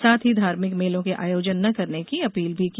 साथ ही धार्मिक मेलों के आयोजन न करने की अपील की